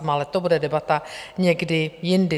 Ale to bude debata někdy jindy.